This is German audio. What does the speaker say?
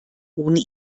ohne